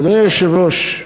אדוני היושב-ראש,